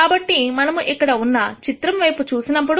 కాబట్టి మనము ఇక్కడ ఉన్న ఈ చిత్రం వైపు చూద్దాము